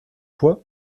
pois